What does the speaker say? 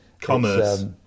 commerce